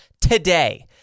today